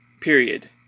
period